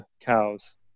cows